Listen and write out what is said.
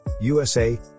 USA